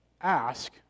ask